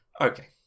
Okay